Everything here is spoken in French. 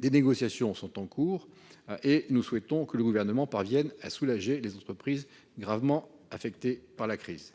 Des négociations sont en cours et nous souhaitons que le Gouvernement parvienne à soulager les entreprises gravement affectées par la crise.